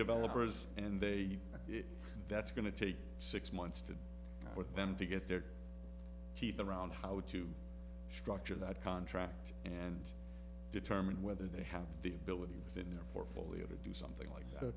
developers and they that's going to take six months to get them to get their teeth around how to structure that contract and determine whether they have the ability within your portfolio to do something like